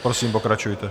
Prosím, pokračujte.